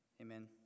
Amen